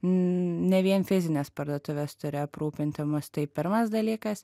ne vien fizinės parduotuvės turi aprūpinti mus tai pirmas dalykas